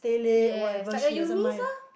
yes like a Eunice ah